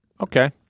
Okay